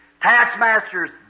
Taskmasters